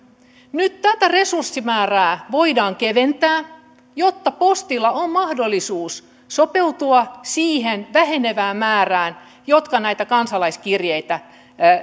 nyt tätä resurssimäärää voidaan keventää jotta postilla on mahdollisuus sopeutua siihen vähenevään määrään mitä kansalaiset näitä kansalaiskirjeitä